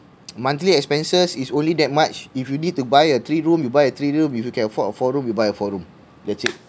monthly expenses is only that much if you need to buy a three room you buy a three room if you can afford a four room you buy a four room that's it